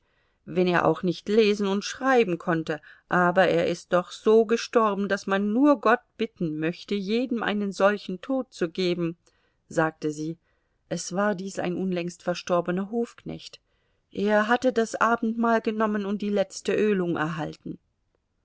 wenn er auch nicht lesen und schreiben konnte aber er ist doch so gestorben daß man nur gott bitten möchte jedem einen solchen tod zu geben sagte sie es war dies ein unlängst verstorbener hofknecht er hatte das abendmahl genommen und die letzte ölung erhalten